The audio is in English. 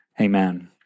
Amen